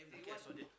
do you want